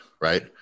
right